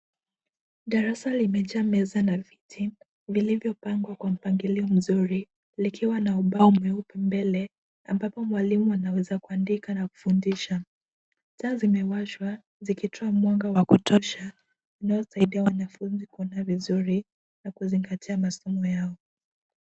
Darasa limejaa meza na viti vilivyopangwa kwa mpangilio mzuri likiwa na ubao mweupe mbele ambapo mwalimu anaweza kuandika na kufundisha. Taa zimesashwa zikitoa mwanga wa kutosha unaosaidia wanafunzi kuona vizuri na kuzingatia masomo yao.